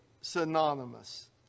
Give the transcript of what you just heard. synonymous